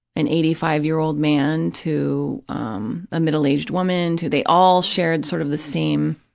an eighty five year old man to um a middle-aged woman to, they all shared sort of the same